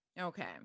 Okay